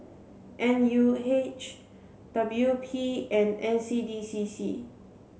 N U H W P and N C D C C